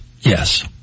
Yes